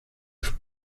with